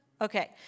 okay